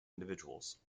individuals